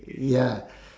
ya